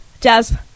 Jazz